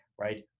right